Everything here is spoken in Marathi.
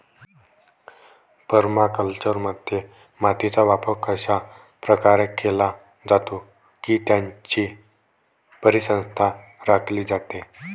परमाकल्चरमध्ये, मातीचा वापर अशा प्रकारे केला जातो की त्याची परिसंस्था राखली जाते